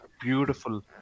beautiful